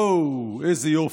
ואו, איזה יופי.